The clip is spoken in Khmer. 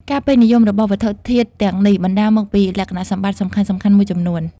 ការពេញនិយមរបស់វត្ថុធាតុទាំងនេះបណ្ដាលមកពីលក្ខណៈសម្បត្តិសំខាន់ៗមួយចំនួន។